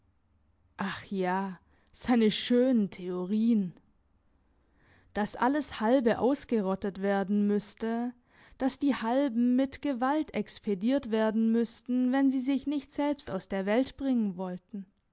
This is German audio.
ach ja seine schönen theorieen dass alles halbe ausgerottet werden müsste dass die halben mit gewalt expediert werden müssten wenn sie sich nicht selbst aus der welt bringen wollten